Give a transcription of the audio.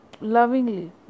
lovingly